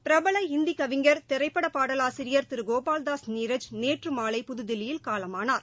பிரபல இந்தி கவிஞர் திரைப்பட பாடலாசிரியர் திரு கோபால் தாஸ் நீரஜ் நேற்று மாலை புதுதில்லியில் காலமானார்